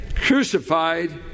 crucified